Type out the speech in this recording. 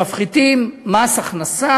שמפחיתים מס הכנסה,